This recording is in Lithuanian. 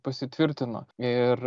pasitvirtino ir